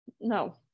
No